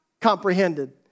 comprehended